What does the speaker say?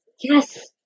Yes